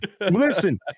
Listen